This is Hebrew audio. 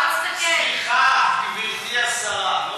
סליחה, סליחה, גברתי השרה.